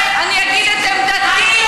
אני אגיד את עמדתי.